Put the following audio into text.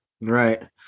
Right